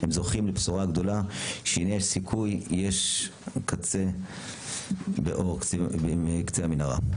הם זוכים לבשורה גדולה שהנה יש סיכוי ויש אור בקצה המנהרה.